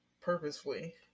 purposefully